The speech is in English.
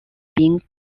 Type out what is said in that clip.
been